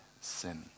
sin